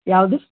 ಯಾವುದು